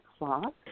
o'clock